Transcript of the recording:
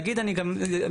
נגיד אני גם מסכים.